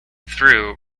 threw